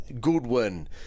Goodwin